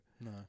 no